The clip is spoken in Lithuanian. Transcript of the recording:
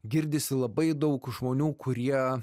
girdisi labai daug žmonių kurie